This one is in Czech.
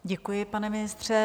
Děkuji, pane ministře.